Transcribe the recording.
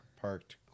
parked